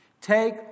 Take